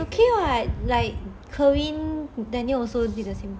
it's okay [what] like kerwin daniel also did the same